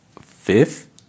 Fifth